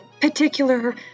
Particular